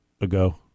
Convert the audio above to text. ago